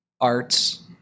arts